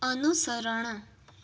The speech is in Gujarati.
અનુસરણ